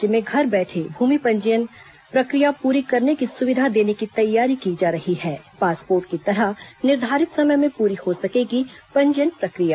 राज्य में घर बैठे भूमि पंजीयन प्रक्रिया पूरी करने की सुविधा देने की तैयारी की जा रही है पासपोर्ट की तरह निर्धारित समय में पूरी हो सकेगी पंजीयन प्रक्रिया